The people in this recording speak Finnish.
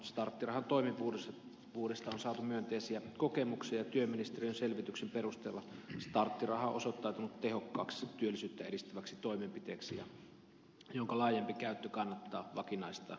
starttirahan toimivuudesta on saatu myönteisiä kokemuksia ja työministeriön selvityksen perusteella starttiraha on osoittautunut tehokkaaksi työllisyyttä edistäväksi toimenpiteeksi jonka laajempi käyttö kannattaa vakinaistaa